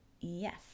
yes